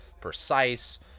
precise